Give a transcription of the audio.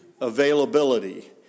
availability